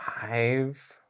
five